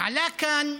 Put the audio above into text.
עלה כאן